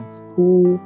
school